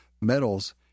metals –